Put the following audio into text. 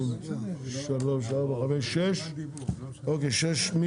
6 נגד,